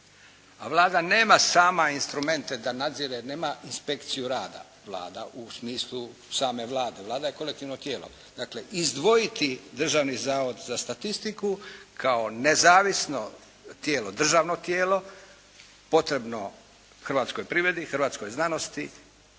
A Vlada nema sama instrumente da nadzire, nema inspekciju rada Vlada u smislu same Vlade. Vlada je kolektivno tijelo. Dakle, izdvojiti Državni zavod za statistiku kao nezavisno tijelo, državno tijelo potrebno hrvatskoj privredi, hrvatskoj znanosti